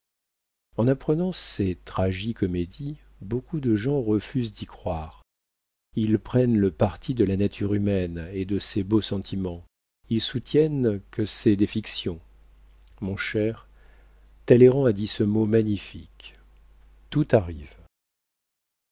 en apprenant ces tragi comédies beaucoup de gens refusent d'y croire ils prennent le parti de la nature humaine et de ses beaux sentiments ils soutiennent que c'est des fictions mon cher talleyrand a dit ce magnifique mot tout arrive